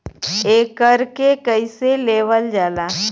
एकरके कईसे लेवल जाला?